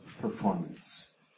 performance